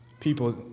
people